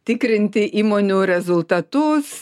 tikrinti įmonių rezultatus